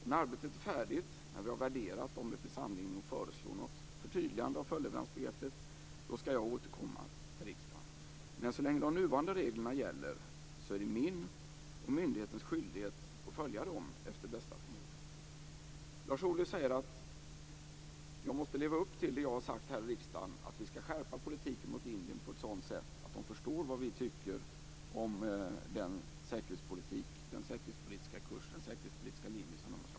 När arbetet är klart och vi har prövat om det finns anledning att föreslå ett förtydligande av följdleveransbegreppet, då ska jag återkomma till riksdagen. Men så länge de nuvarande reglerna gäller är den min och myndighetens skyldighet att följa dem efter bästa förmåga. Lars Ohly säger att jag måste leva upp till det som jag har sagt här i riksdagen, att vi ska skärpa politiken mot Indien på ett sådant sätt att man där förstår vad vi tycker om den säkerhetspolitiska linje som Indien har slagit in på.